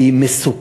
כי היא מסוכנת.